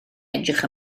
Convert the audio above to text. edrych